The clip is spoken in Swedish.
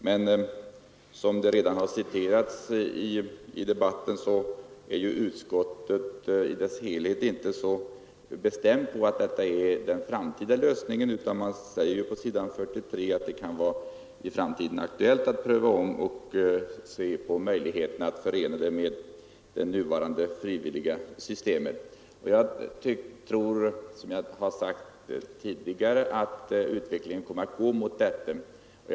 Men som det redan har citeras i debatten är ju utskottet i sin helhet inte så säkert på att detta är den framtida lösningen, utan man säger på s. 43 att det i framtiden kan vara aktuellt att pröva om och se på möjligheterna att förena den med det nuvarande frivilliga systemet. Som jag tidigare sagt tror jag att utvecklingen kommer att gå i den riktningen.